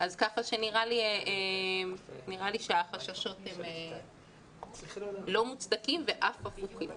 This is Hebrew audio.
ככה שנראה לי שהחששות הם לא מוצדקים ואף הפוכים.